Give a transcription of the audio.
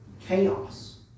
Chaos